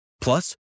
Plus